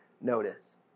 notice